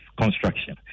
construction